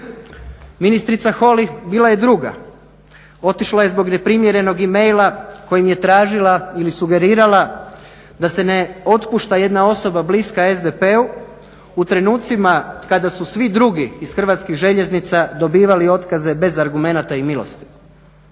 Ministrica Holy bila je druga. Otišla je zbog neprimjerenog e-maila kojim je tražila ili sugerirala da se ne otpušta jedna osoba bliska SDP-u u trenucima kada su svi drugi iz HŽ-a dobivali otkaze bez argumenata i milosti.